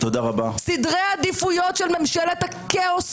סדרי העדיפויות של ממשלת הכאוס